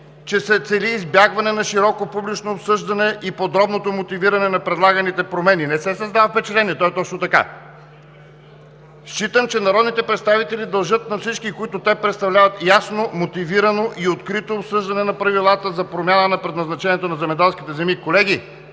че се цели избягване на широко публично обсъждане и подробното мотивиране на предлаганите промени.“ Не се създава впечатление, то е точно така! „Считам, че народните представители дължат на всички, които те представляват, ясно, мотивирано и открито обсъждане на правилата за промяна на предназначението на земеделските земи.“ Колеги,